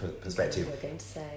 perspective